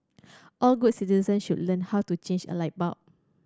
all good citizen should learn how to change a light bulb